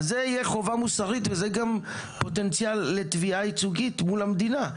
אז זה יהיה חובה מוסרית וזה גם פוטנציאל לתביעה ייצוגית מול המדינה.